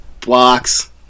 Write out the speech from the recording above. blocks